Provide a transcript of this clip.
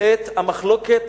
את המחלוקת